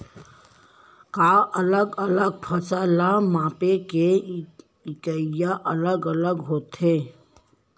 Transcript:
का अलग अलग फसल ला मापे के इकाइयां अलग अलग होथे?